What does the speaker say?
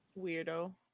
Weirdo